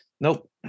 nope